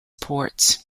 ports